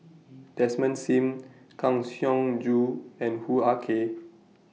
Desmond SIM Kang Siong Joo and Hoo Ah Kay